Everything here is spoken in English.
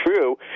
true